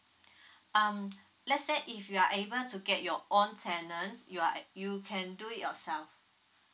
um let's say if you are able to get your own tenants you uh you can do it yourself